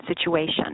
situation